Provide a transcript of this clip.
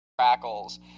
crackles